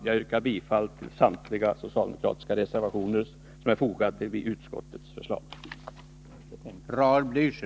Jag yrkar alltså bifall till samtliga socialdemokratiska reservationer som är fogade till utskottets betänkande.